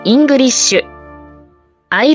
English